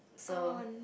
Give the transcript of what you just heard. so